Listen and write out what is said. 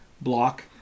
block